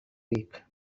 week